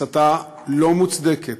הסתה לא מוצדקת,